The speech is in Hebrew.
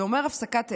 זה אומר הפסקת אש,